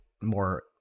more